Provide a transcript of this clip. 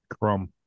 Crum